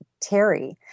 Terry